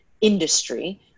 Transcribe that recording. industry